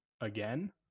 again